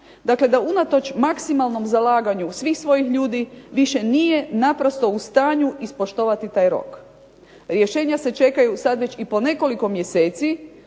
dakle da unatoč maksimalnom zalaganju svih svojih ljudi više nije naprosto u stanju ispoštovati taj rok. Rješenja se čekaju sada već i po nekoliko mjeseci